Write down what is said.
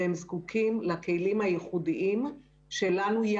הם זקוקים לכלים הייחודיים שלנו,